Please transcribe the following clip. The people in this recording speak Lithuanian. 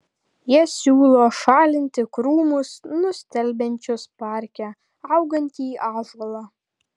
jie siūlo šalinti krūmus nustelbiančius parke augantį ąžuolą